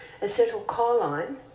Acetylcholine